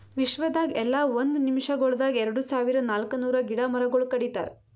ವಿಶ್ವದಾಗ್ ಎಲ್ಲಾ ಒಂದ್ ನಿಮಿಷಗೊಳ್ದಾಗ್ ಎರಡು ಸಾವಿರ ನಾಲ್ಕ ನೂರು ಗಿಡ ಮರಗೊಳ್ ಕಡಿತಾರ್